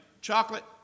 chocolate